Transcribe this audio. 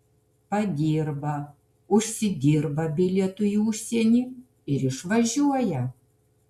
padirba užsidirba bilietui į užsienį ir išvažiuoja